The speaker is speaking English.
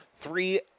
Three